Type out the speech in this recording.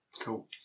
Cool